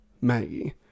Maggie